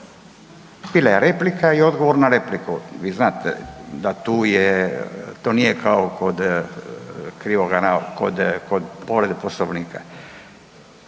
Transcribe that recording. Bila je replika i odgovor na repliku, vi znate da to nije kao kod povrede poslovnika.